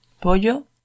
Pollo